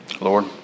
Lord